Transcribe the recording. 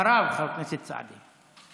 אחריו, חבר הכנסת סעדי.